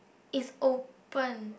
is open